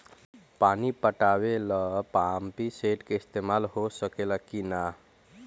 पानी पटावे ल पामपी सेट के ईसतमाल हो सकेला कि ना?